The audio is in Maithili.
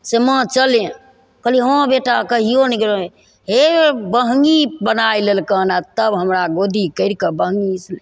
से माँ चलै कहलिए हँ बेटा कहिओ नहि गेल हे बहँगी बनै लेलकनि आओर तब हमरा गोदी करिके बहँगीसे